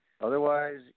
Otherwise